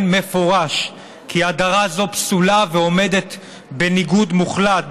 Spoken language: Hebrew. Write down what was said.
מפורש כי הדרה זו פסולה ועומדת בניגוד מוחלט,